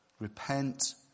Repent